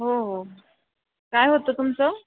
हो हो काय होतं तुमचं